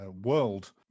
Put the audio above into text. world